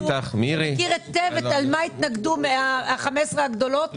תזכרו על מה התנגדו 15 הערים הגדולות.